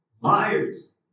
liars